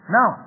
Now